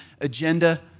agenda